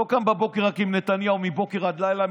לא קם בבוקר רק עם נתניהו מבוקר עד לילה,